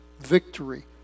victory